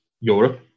Europe